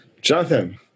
Jonathan